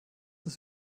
ist